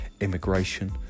immigration